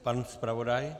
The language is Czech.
Pan zpravodaj?